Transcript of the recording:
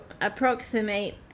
approximate